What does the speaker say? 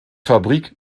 fabrik